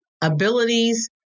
abilities